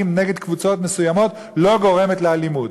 נגד קבוצות מסוימות לא גורמת לאלימות.